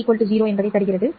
́E ¿0 தருகிறது